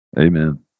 Amen